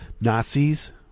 Nazis